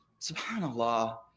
subhanAllah